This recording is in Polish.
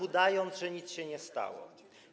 udając, że nic się nie stało.